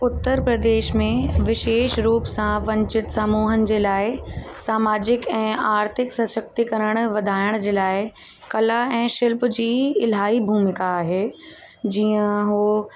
उत्तर प्रदेश में विशेष रूप सां वंचित समुहनि जे लाइ सामाजिक ऐं आर्थिक सशक्तिकरण वधाइण जे लाइ कला ऐं शिल्प जी इलाही भुमिका आहे जीअं उहो